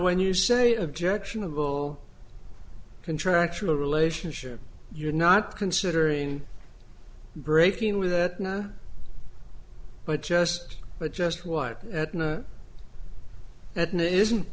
when you say objectionable contractual relationship you're not considering breaking with that but just but just what that new isn't